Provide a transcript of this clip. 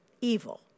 Evil